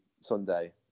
Sunday